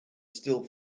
still